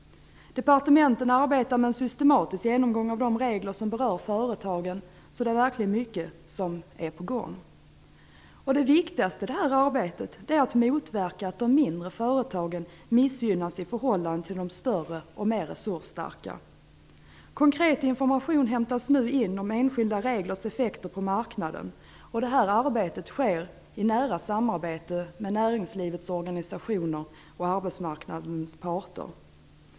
Departementen arbetar med en systematisk genomgång av de regler som berör företagen. Så det är verkligen mycket på gång. Det viktigaste i detta arbete är att motverka att de mindre företagen missgynnas i förhållande till de större och mer resursstarka. Konkret information inhämtas nu om enskilda reglers effekter på marknaden. Detta sker i nära samarbete i med näringslivets organisationer och med arbetsmarknadens parter.